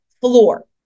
floor